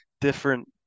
different